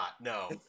No